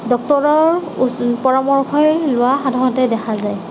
ডক্টৰৰ পৰামৰ্শহে লোৱা সাধাৰণতে দেখা যায়